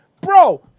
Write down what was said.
bro